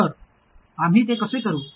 तर आम्ही ते कसे करू